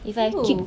who